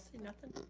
nothing.